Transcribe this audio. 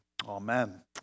Amen